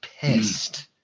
pissed